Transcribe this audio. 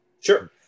Sure